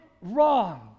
wrong